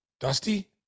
Dusty